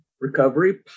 Recovery